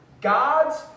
God's